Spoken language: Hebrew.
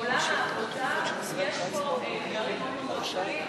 בעולם העבודה יש אתגרים מאוד גדולים,